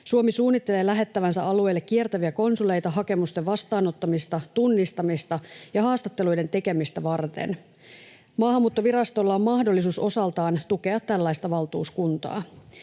Suomi suunnittelee lähettävänsä alueelle kiertäviä konsuleita hakemusten vastaanottamista, tunnistamista ja haastatteluiden tekemistä varten. Maahanmuuttovirastolla on mahdollisuus osaltaan tukea tällaista valtuuskuntaa.